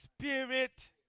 spirit